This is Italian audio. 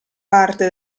parte